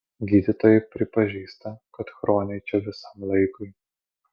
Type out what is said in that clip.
gydytojai pripažįsta kad chroniai čia visam laikui